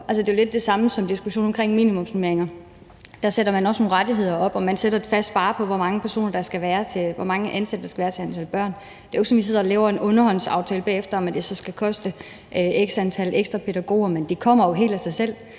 det er jo lidt det samme som i forbindelse med diskussionen om minimumsnormeringer, hvor man også fastsætter nogle rettigheder og sætter en fast barre for, hvor mange ansatte der skal være til x antal børn. Det er jo ikke sådan, at vi sidder og laver en underhåndsaftale bagefter om, at det så skal koste x antal ekstra pædagoger, men det kommer jo helt af sig selv.